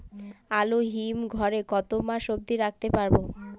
আলু হিম ঘরে কতো মাস অব্দি রাখতে পারবো?